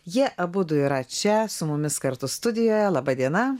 jie abudu yra čia su mumis kartu studijoje laba diena